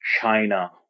China